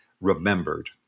remembered